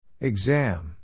Exam